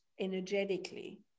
energetically